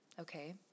Okay